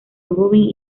robin